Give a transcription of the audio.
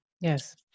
Yes